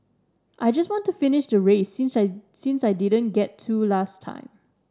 I just want to finish the race since I since I didn't get to last time